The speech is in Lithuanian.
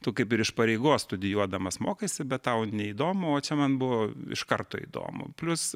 tu kaip ir iš pareigos studijuodamas mokaisi bet tau neįdomu o čia man buvo iš karto įdomu plius